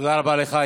תודה רבה לך.